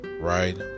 right